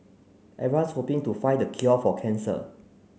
everyone's hoping to find the cure for cancer